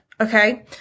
Okay